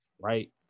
right